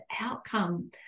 outcome